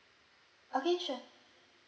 okay sure